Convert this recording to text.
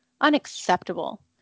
Unacceptable